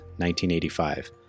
1985